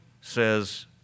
says